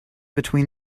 between